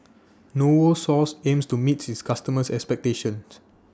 Novosource aims to meet its customers' expectations